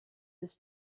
his